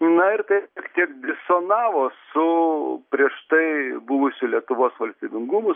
na ir tai šiek tiek disonavo su prieš tai buvusiu lietuvos valstybingumu